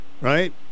right